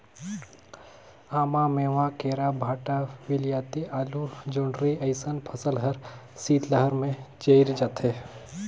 आमा, मेवां, केरा, भंटा, वियलती, आलु, जोढंरी अइसन फसल हर शीतलहार में जइर जाथे